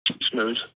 Smooth